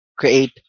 create